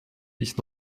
ich